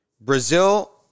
Brazil